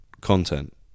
content